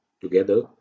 Together